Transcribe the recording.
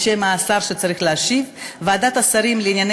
בשם השר שצריך להשיב: ועדת השרים לענייני